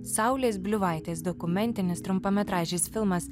saulės bliuvaitės dokumentinis trumpametražis filmas